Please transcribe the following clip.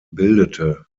bildete